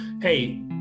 Hey